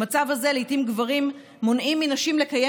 במצב הזה לעיתים גברים מונעים מנשים לקיים